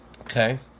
Okay